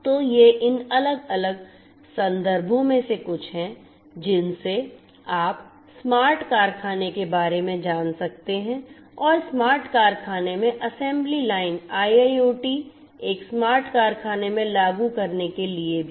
तो ये इन अलग अलग संदर्भों में से कुछ हैं जिनसे आप स्मार्ट कारखाने के बारे में जान सकते हैं और स्मार्ट कारखाने में असेंबली लाइन IIoT एक स्मार्ट कारखाने में लागू करने के लिए भी